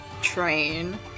train